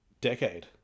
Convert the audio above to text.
decade